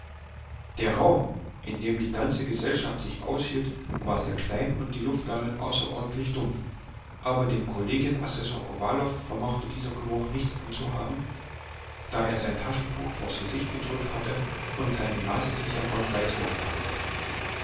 der raum in dem diese ganze gesellschaft sich aufhielt war sehr klein und die luft darin außerordentlich dumpf aber dem kollegien assessor kowalow vermochte der geruch nichts anzuhaben da er sein taschentuch vors gesicht gedrückt hatte und seine nase sich ja gott weiß wo befand